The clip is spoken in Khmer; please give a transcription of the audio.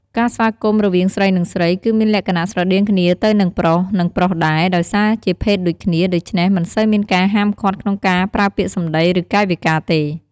ការស្វាគមន៍រវាងស្រី និងស្រី គឺមានលក្ខណៈស្រដៀងគ្នាទៅនឹងប្រុស និងប្រុសដែរ ដោយសារជាភេទដូចគ្នា ដូច្នេះ មិនសូវមានការហាមឃាត់ក្នុងការប្រើពាក្យសម្ដី ឬ កាយវិការទេ។